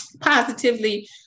positively